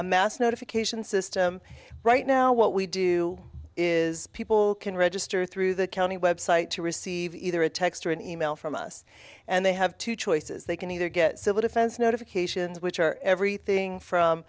a mass notification system right now what we do is people can register through the county website to receive either a text or an e mail from us and they have two choices they can either get civil defense notifications which are everything